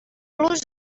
los